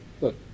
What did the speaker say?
Look